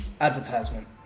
advertisement